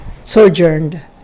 sojourned